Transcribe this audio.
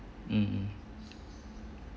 mm